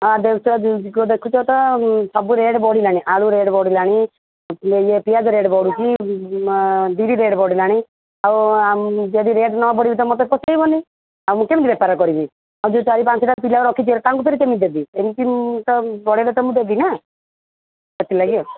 ହଁ ଦେଖୁଛ ଦେଖୁଛ ତ ସବୁ ରେଟ୍ ବଢ଼ିଲାଣି ଆଳୁ ରେଟ୍ ବଢ଼ିଲାଣି ଇଏ ପିଆଜ ରେଟ୍ ବଢ଼ୁଛି ବିରି ରେଟ୍ ବଢ଼ିଲାଣି ଆଉ ଯଦି ରେଟ୍ ନବଢ଼େଇବି ତ ମୋତେ ପୋଷେଇବନି ଆଉ ମୁଁ କେମିତି ବେପାର କରିବି ଆଉ ଯୋଉ ଚାରି ପାଞ୍ଚଟା ପିଲା ରଖିଛି ତାଙ୍କୁ ଫେରେ କେମିତି ଦେବି ଏମତି ତ ବଢ଼େଇଲେ ତ ମୁଁ ଦେବି ନା ସେଥିଲାଗି ଆଉ